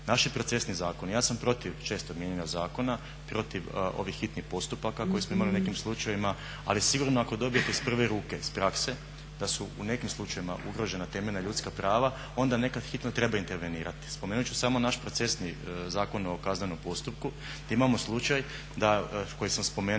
Naši procesni zakoni, ja sam protiv čestog mijenjanja zakona, protiv ovih hitnih postupaka koje smo imali u nekim slučajevima, ali sigurno ako dobijete iz prve ruke iz prakse da su u nekim slučajevima ugrožena temeljna ljudska prava onda nekad hitno treba intervenirati. Spomenut ću samo naš procesni Zakon o kaznenom postupku gdje imamo slučaj koji sam spomenuo